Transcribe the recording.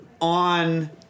on